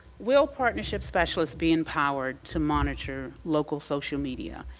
will partnership specialists be empowered to monitor local social media?